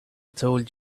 told